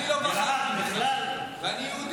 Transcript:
אני לא בחרתי בך, ואני יהודי.